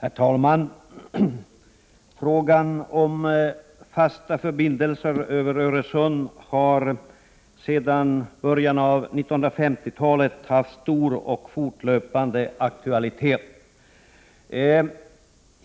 Herr talman! Frågan om fasta förbindelser över Öresund har sedan början av 1950-talet haft stor och fortlöpande aktualitet.